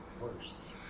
worse